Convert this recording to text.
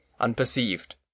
unperceived